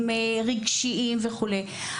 רגשיים וכולי.